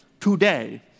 today